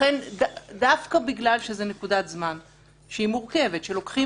לכן דווקא מכיוון שזאת נקודת זמן מורכבת שלוקחים